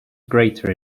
greater